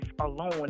alone